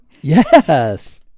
Yes